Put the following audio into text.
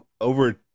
over